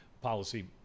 policy